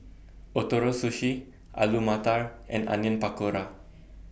Ootoro Sushi Alu Matar and Onion Pakora